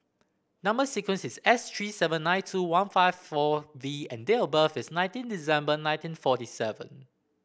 number sequence is S three seven nine two one five four V and date of birth is nineteen December ninieteen forty seven